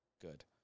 good